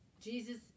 Jesus